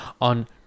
on